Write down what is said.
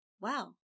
wow